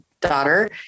daughter